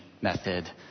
method